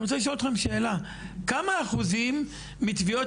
אני רוצה לשאול אותכם שאלה כמה אחוזים לתביעות